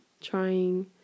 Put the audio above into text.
trying